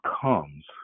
comes